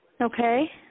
Okay